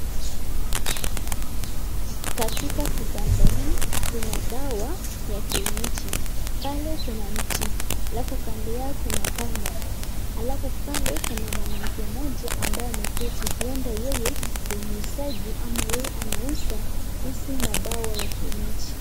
Katika kibanda hii kuna dawa ya kienyeji. Pale kuna mti alafu kando yao kuna panga. Alafu pale pana mwanamke mmoja ambaye ameketi, uenda yeye ni muuzaji ama yeye anauza hizi madawa ya kienyeji.